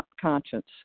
conscience